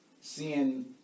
seeing